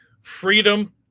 Freedom